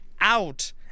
out